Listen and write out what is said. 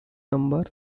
number